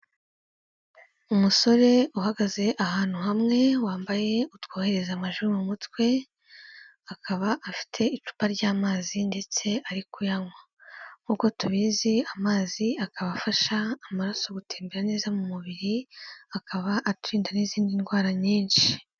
Umusore uhagaze ahantu hamwe wambaye utwohereza amajwi mu mutwe, akaba afite icupa ry'amazi ndetse ari kuyanywa nk'uko tubizi amazi akaba afasha amaraso gutembera neza mu mubiri, akaba aturinda n'izindi ndwara nyinshi.